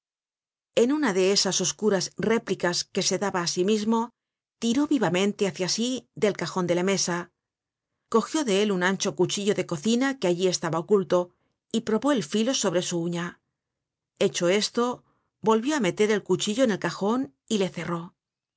en una de esas oscuras réplicas que se daba á sí mismo tiró vivamente hácia sí del cajon de la mesa cogió de él un ancho cuchillo de cocina que allí estaba oculto y probó el filo sobre su uña hecho esto volvió á meter el cuchillo en el cajon y le cerró